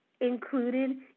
included